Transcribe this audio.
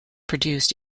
produced